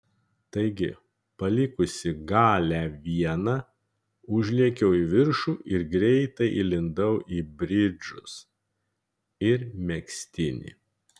taigi palikusi galią vieną užlėkiau į viršų ir greitai įlindau į bridžus ir megztinį